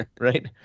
right